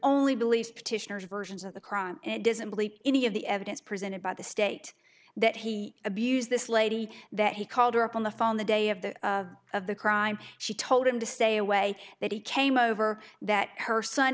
only believes petitioners versions of the crime it doesn't believe any of the evidence presented by the state that he abused this lady that he called her on the phone the day of the of the crime she told him to stay away that he came over that her son